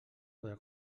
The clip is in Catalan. podrà